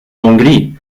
hongrie